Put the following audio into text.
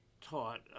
taught